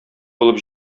булып